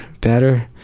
better